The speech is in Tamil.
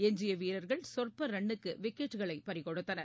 எஞ்சியவீரர்கள் சொற்பரன்னுக்குவிக்கெட்டுக்களைபறிகொடுத்தனர்